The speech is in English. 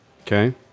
okay